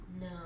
No